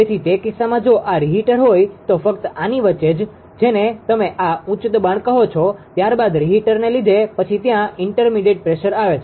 તેથી તે કિસ્સામાં જો આ રીહિટર હોય તો ફક્ત આની વચ્ચે જ જેને તમે આ ઉચ્ચ દબાણ કહો છો ત્યારબાદ રીહિટરને લીધે પછી ત્યાં ઇન્ટરમીડિએટ પ્રેશર આવે છે